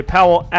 Powell